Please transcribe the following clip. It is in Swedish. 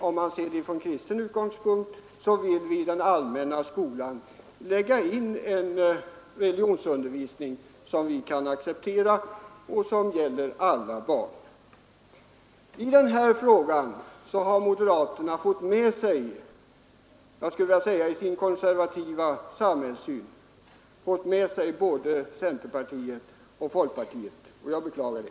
Om man ser det från kristen utgångspunkt vill vi i stället i den allmänna skolan lägga in en religionsundervisning som vi kan acceptera och som gäller alla barn.” I den här frågan om förskolan har moderaterna fått med sig både centerpartiet och folkpartiet i sin konservativa samhällssyn, och det beklagar jag.